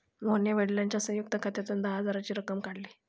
मोहनने वडिलांच्या संयुक्त खात्यातून दहा हजाराची रक्कम काढली